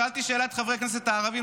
שאלתי שאלה את חברי הכנסת הערבים,